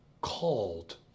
called